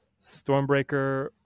Stormbreaker